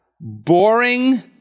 boring